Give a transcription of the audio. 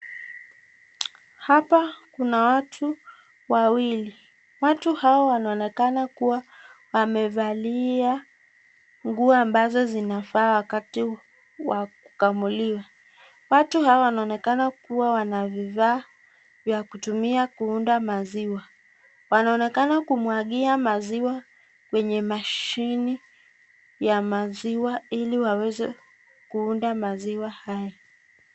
Hapa kuna watu wawili. Watu hawa wanaonekana kuwa wamevalia nguo ambazo zinafaa wakati wa kukamuliwa. Watu hawa wanaonekana kuwa wana vifaa vya kutumia kuunda maziwa. Wanaonekana kumwagia maziwa kwenye mashini ya maziwa ili waweze kuunda maziwa haya.